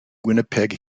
winnipeg